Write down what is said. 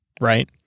Right